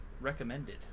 recommended